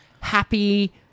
Happy